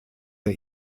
der